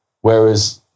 Whereas